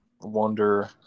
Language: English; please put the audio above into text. wonder